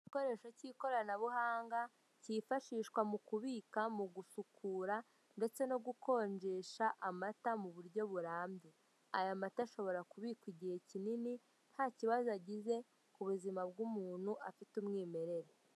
Igikoresho k'ikoranabuhanga kifashishwa mukubika, mugusukura ndetse nogukonjesha amata muburyo burabye, ay'amata ashobora kubikwa igihe kinini ntakibazo agize kubuzima bw'umuntu afite umwimerere.